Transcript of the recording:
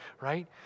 right